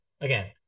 Again